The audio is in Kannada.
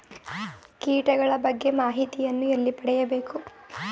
ಕೀಟಗಳ ಬಗ್ಗೆ ಮಾಹಿತಿಯನ್ನು ಎಲ್ಲಿ ಪಡೆಯಬೇಕು?